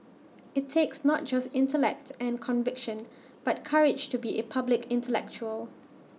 IT takes not just intellect and conviction but courage to be A public intellectual